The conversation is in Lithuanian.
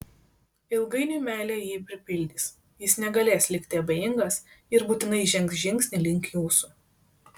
ilgainiui meilė jį pripildys jis negalės likti abejingas ir būtinai žengs žingsnį link jūsų